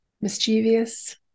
mischievous